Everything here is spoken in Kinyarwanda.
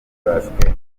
basketball